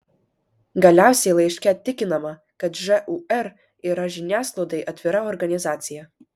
galiausiai laiške tikinama kad žūr yra žiniasklaidai atvira organizacija